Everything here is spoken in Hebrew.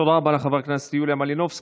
תודה רבה לחברת הכנסת יוליה מלינובסקי.